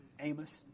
Amos